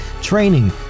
training